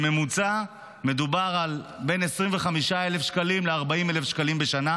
בממוצע מדובר על בין 25,000 שקלים ל-40,000 שקלים בשנה,